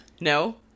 No